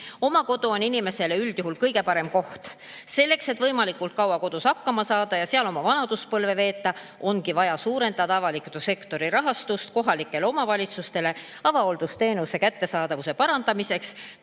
Oma kodu on inimesele üldjuhul kõige parem koht. Selleks, et võimalikult kaua kodus hakkama saada ja seal oma vanaduspõlve veeta, ongi vaja suurendada avaliku sektori rahastust kohalikele omavalitsustele avahooldusteenuse kättesaadavuse parandamiseks,